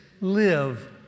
live